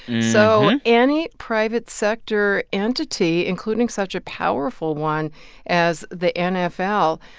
so any private sector entity, including such a powerful one as the nfl,